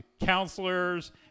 counselors